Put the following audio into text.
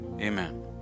Amen